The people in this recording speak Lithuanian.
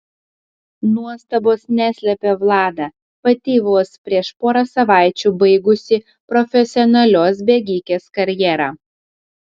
nuostabos neslepia vlada pati vos prieš porą savaičių baigusi profesionalios bėgikės karjerą